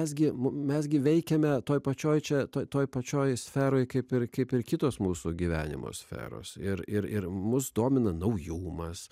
visgi mes gi veikiame toje pačioje čia tuoj toje pačioje sferoje kaip ir kaip ir kitos mūsų gyvenimo sferos ir ir mus domina naujumas